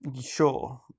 Sure